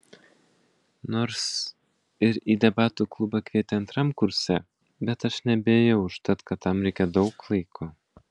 nors ir į debatų klubą kvietė antram kurse bet aš nebeėjau užtat kad tam reikia daug laiko